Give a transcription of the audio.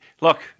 look